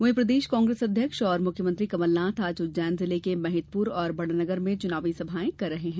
वहीं प्रदेश कांग्रेस अध्यक्ष और मुख्यमंत्री कमलनाथ आज उज्जैन जिले के महिदपुर और बड़नगर में चुनावी सभायें कर रहे हैं